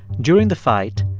during the fight,